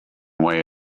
way